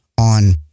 on